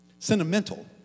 Sentimental